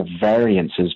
variances